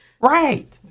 Right